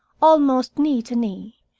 almost knee to knee,